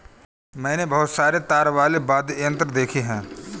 मैंने बहुत सारे तार वाले वाद्य यंत्र देखे हैं